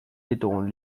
ditugun